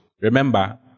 Remember